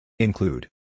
Include